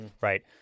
Right